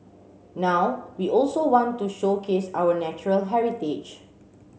now we also want to showcase our natural heritage